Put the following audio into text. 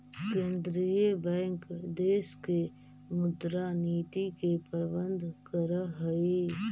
केंद्रीय बैंक देश के मुद्रा नीति के प्रबंधन करऽ हइ